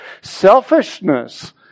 selfishness